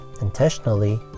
intentionally